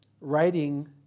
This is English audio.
writing